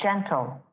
gentle